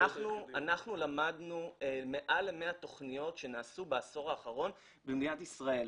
אנחנו למדנו מעל ל-100 תכניות שנעשו בעשור האחרון במדינת ישראל.